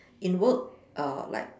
in work uh like